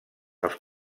els